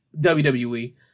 WWE